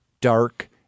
dark